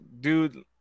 dude